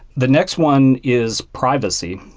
the next one is privacy.